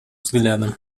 взглядом